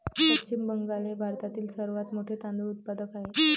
पश्चिम बंगाल हे भारतातील सर्वात मोठे तांदूळ उत्पादक राज्य आहे